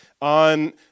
on